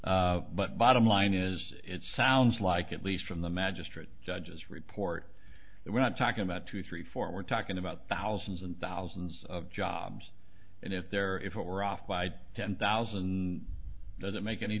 to but bottom line is it sounds like at least from the magistrate judges report that we're not talking about two three four we're talking about thousands and thousands of jobs and if there if it were off by ten thousand doesn't make any